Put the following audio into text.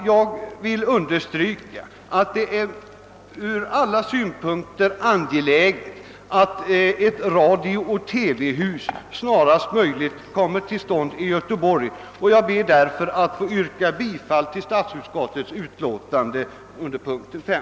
Jag vill understryka att det från alla synpunkter är angeläget att ett radiooch TV-hus snarast möjligt kommer till stånd i Göteborg. Jag ber därför att få yrka bifall till statsutskottets hemställan under punkten 5.